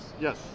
Yes